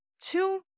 two